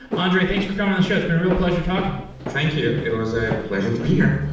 andrey, thanks for coming on the show. it's been a real pleasure talking thank you. it was a pleasure to be here.